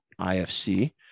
IFC